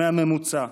מהממוצע?